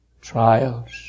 Trials